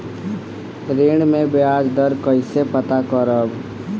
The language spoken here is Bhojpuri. ऋण में बयाज दर कईसे पता करब?